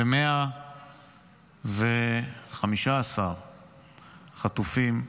ו-115 חטופים,